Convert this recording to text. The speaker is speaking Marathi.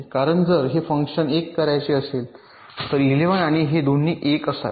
कारण जर हे फंक्शन 1 करायचे असेल तर इलेव्हन आणि हे दोन्ही 1 असावेत